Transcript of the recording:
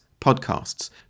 podcasts